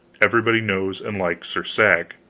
everybody knows and likes sir sag.